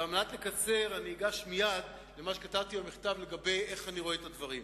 ועל מנת לקצר אגש מייד למה שכתבתי במכתב לגבי איך אני רואה את הדברים.